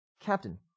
Captain